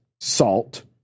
Salt